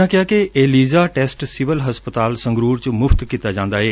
ਉਨ੍ਹਾਂ ਕਿਹਾ ਕਿ ਏਪ੍ੀਜ਼ਾ ਟੈਸਟ ਸਿਵਲ ਹਸਪਤਾਲ ਸੰਗਰੂਰ ਚ ਮੁਫ਼ਤ ਕੀਤਾ ਜਾਂਦਾ ਏ